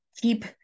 keep